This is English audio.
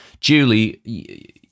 Julie